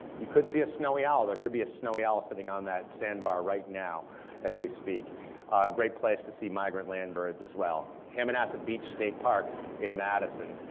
you could see a snowy owl, there could be a snowy owl sitting on that sandbar right now as we speak. a great place to see migrant land birds as well. hammonasset beach state park in madison,